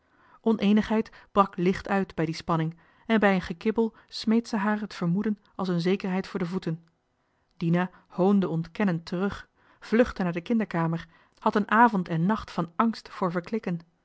oneenigheid brak licht uit bij die spanning en bij een gekibbel smeet ze haar het vermoeden als een zekerheid voor de voeten dina hoonde ontkennend terug vluchtte naar de kinderkamer had een avond en nacht van angst voor verklikken